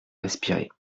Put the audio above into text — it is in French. respirer